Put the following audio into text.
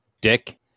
dick